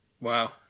Wow